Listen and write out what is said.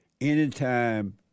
Anytime